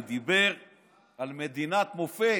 הוא דיבר על מדינת מופת.